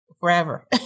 forever